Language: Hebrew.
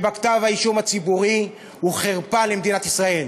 שכתב האישום הציבורי הוא חרפה למדינת ישראל.